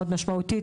מאוד משמעותית,